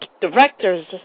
directors